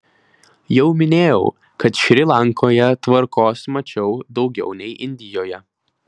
jau minėjau kad šri lankoje tvarkos mačiau daugiau nei indijoje